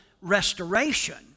restoration